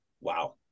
Wow